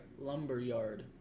Lumberyard